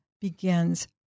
begins